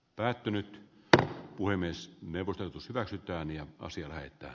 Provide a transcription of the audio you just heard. päättynyt tyttö puhemies new odotus väsyttää niin asia lähettää